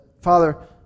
Father